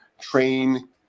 train